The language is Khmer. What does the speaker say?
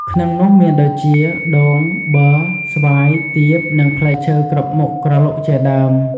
ក្នុងនោះមានដូចជា ដូង ប័រ ស្វាយ ទៀប និងផ្លែឈើគ្រប់មុខក្រឡុកជាដើម។